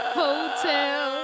hotel